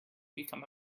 become